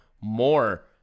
more